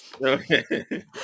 Okay